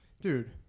Dude